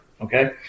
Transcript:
okay